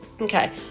Okay